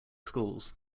schools